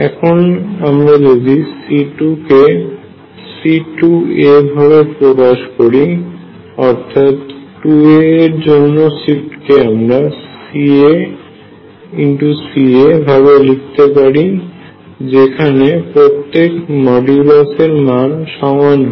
এখন আমরা যদি C2 কে C ভাবে প্রকাশ করি অর্থাৎ 2a এর জন্য শিফট কে আমরা CC ভাবে লিখতে পারি যেখানে প্রত্যেকের মডিউলাস এর মান সমান হয়